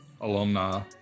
alumni